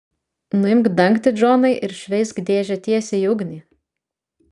nuimk dangtį džonai ir šveisk dėžę tiesiai į ugnį